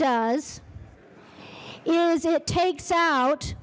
does is it takes out